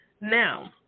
Now